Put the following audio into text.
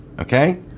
okay